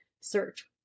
search